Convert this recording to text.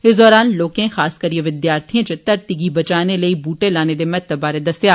इस दौरान लोकें खास करिये विद्यार्थियें च धरती गी बचाने लेई बूहटें लाने दे महत्व बारै दस्सेआ गेआ